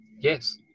yes